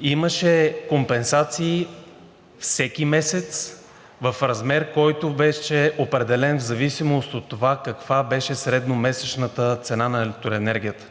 Имаше компенсации всеки месец в размер, който беше определен в зависимост от това каква беше средномесечната цена на електроенергията.